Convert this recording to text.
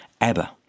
Abba